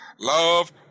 love